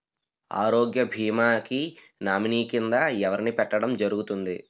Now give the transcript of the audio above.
ఆరోగ్య భీమా కి నామినీ కిందా ఎవరిని పెట్టడం జరుగతుంది?